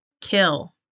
Kill